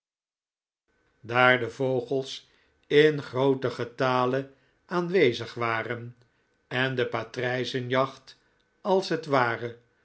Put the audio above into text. daar de vogels in grooten getale aanwezig waren en de patrijzenjacht als het ware